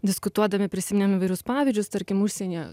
diskutuodami prisiminėm įvairius pavyzdžius tarkim užsienyje